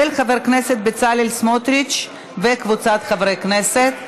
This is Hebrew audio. של חבר הכנסת בצלאל סמוטריץ וקבוצת חברי הכנסת.